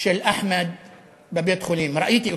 של אחמד בבית-החולים, ראיתי אותו,